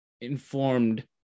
informed